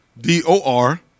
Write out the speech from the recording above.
D-O-R